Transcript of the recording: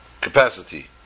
capacity